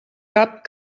cap